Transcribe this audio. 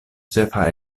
ĉefa